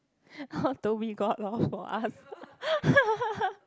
oh Dhoby Ghaut lor for us